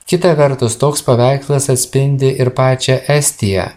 kita vertus toks paveikslas atspindi ir pačią estiją